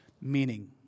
Meaning